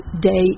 day